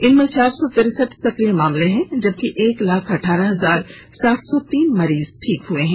इनमें चार सौ तिरसठ सक्रिय केस हैं जबकि एक लाख अठारह हजार सात सौ तीन मरीज ठीक हुए हैं